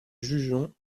jugeons